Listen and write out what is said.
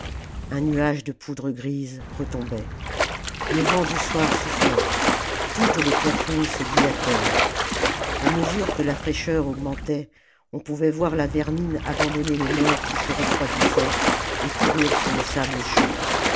un nuage de poudre grise retombait le vent du soir souffla toutes les poitrines se dilatèrent à mesure que la fraîcheur augmentait on pouvait voir la vermine abandonner les morts qui se refroidissaient et courir sur le sable chaud